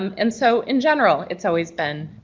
um and so, in general, it's always been